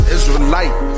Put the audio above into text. Israelite